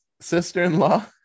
sister-in-law